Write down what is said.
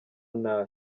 ntara